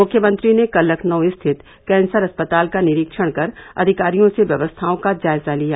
मुख्यमंत्री ने कल लखनऊ स्थित कँसर अस्पताल का निरीक्षण कर अधिकारियों से व्यवस्थाओं का जायजा लिया